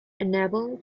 unable